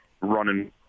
running